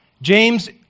James